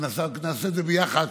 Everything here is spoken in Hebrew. נעשה את זה ביחד,